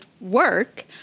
work